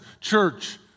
church